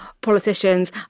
politicians